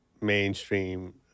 mainstream